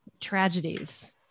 tragedies